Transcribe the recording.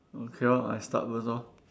okay lor I start first lor